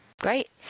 Great